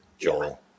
Joel